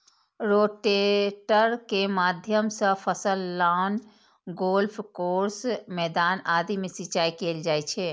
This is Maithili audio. रोटेटर के माध्यम सं फसल, लॉन, गोल्फ कोर्स, मैदान आदि मे सिंचाइ कैल जाइ छै